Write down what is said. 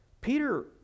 Peter